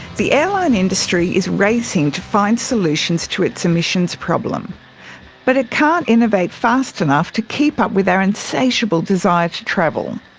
the airline industry is racing to find solutions to its emissions problem but it can't innovate fast enough to keep up with our insatiable desire to travel.